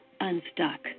unstuck